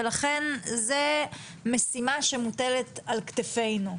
ולכן זו משימה שמוטלת על כתפינו.